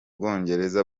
bwongereza